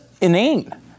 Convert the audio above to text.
inane